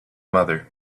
mother